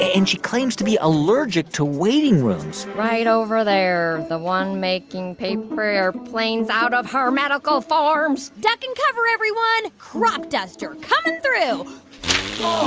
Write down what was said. and she claims to be allergic to waiting rooms right over there. the one making paper airplanes out of her medical forms duck and cover, everyone. crop duster coming through